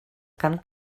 carn